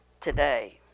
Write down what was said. Today